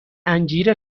انجیر